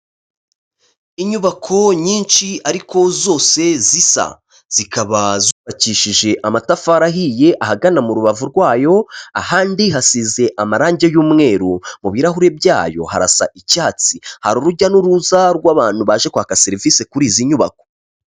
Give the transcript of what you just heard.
Inyubako nyinshi ariko zose zisa, zikaba zubakishije amatafari ahiye ahagana mu rubavu rwayo ahandi hasize amarange y'umweru, mu birahuri byayo harasa icyatsi, hari urujya n'uruza rw'abantu baje kwaka serivisi kuri izi nyubako.